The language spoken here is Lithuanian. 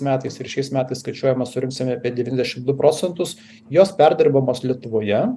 metais ir šiais metais skaičiuojama surinksim apie devyniasdešim du procentus jos perdirbamos lietuvoje